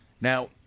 Now